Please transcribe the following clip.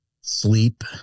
sleep